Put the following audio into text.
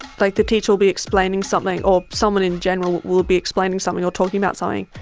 like the teacher will be explaining something or someone in general will be explaining something or talking about something,